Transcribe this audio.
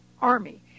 army